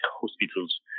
hospitals